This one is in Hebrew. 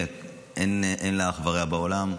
שאין להם אח ורע בעולם.